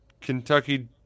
Kentucky